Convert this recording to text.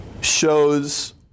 shows